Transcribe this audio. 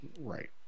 Right